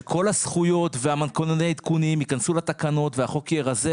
שכל הזכויות והעדכונים ייכנסו לתקנות והחוק יהיה רזה,